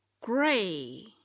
gray